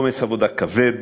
בעומס עבודה כבד,